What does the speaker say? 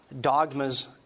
dogmas